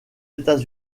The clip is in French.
états